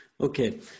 Okay